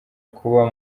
kuba